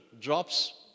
drops